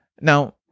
Now